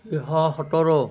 এশ সোতৰ